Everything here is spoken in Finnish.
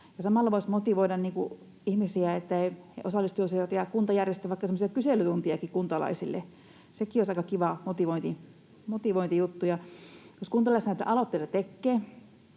Samalla voisi motivoida ihmisiä, niin että he osallistuisivat ja kunta järjestäisi vaikka semmoisia kyselytuntejakin kuntalaisille. Sekin olisi aika kiva motivointijuttu. Jos kuntalaiset näitä aloitteita tekevät,